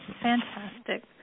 fantastic